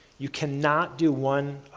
you cannot do one